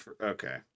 Okay